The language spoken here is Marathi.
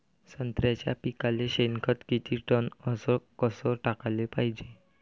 संत्र्याच्या पिकाले शेनखत किती टन अस कस टाकाले पायजे?